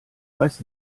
weiß